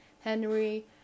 Henry